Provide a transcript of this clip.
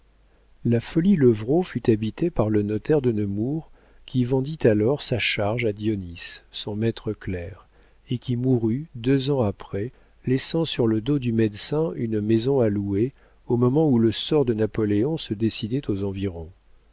la folie levrault fut habitée par le notaire de nemours qui vendit alors sa charge à dionis son maître clerc et qui mourut deux ans après laissant sur le dos du médecin une maison à louer au moment où le sort de napoléon se décidait aux environs